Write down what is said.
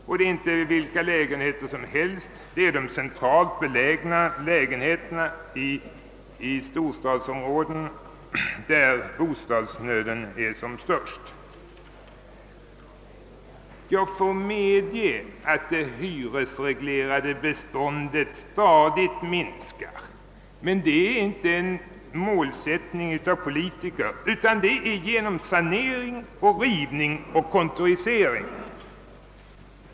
Och det är inte vilka lägenheter som helst — det är de centralt belägna lägenheterna i storstadsområden, där bostadsnöden är som störst. Jag får medge att det hyresreglerade beståndet stadigt minskar, men det beror inte på en målsättning av politikerna utan på sanering, rivning och kontorisering.